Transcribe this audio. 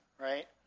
right